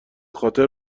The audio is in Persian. خاطر